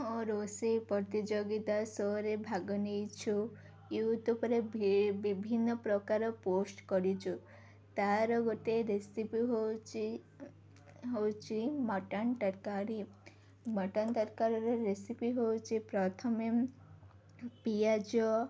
ମୋ ରୋଷେଇ ପ୍ରତିଯୋଗିତା ସୋରେ ଭାଗ ନେଇଛୁ ୟୁଟ୍ୟୁବ୍ରେ ବିଭିନ୍ନ ପ୍ରକାର ପୋଷ୍ଟ କରିଛୁ ତା'ର ଗୋଟେ ରେସିପି ହେଉଛି ହେଉଛି ମଟନ ତରକାରୀ ମଟନ ତରକାରୀର ରେସିପି ହେଉଛି ପ୍ରଥମେ ପିଆଜ